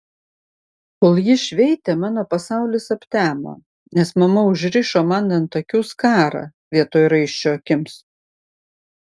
kol ji šveitė mano pasaulis aptemo nes mama užrišo man ant akių skarą vietoj raiščio akims